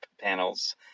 panel's